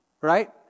Right